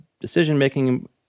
decision-making